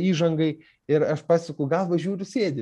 įžangai ir aš pasuku galvą žiūri sėdi